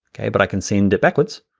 okay? but i can send it backwards,